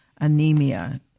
anemia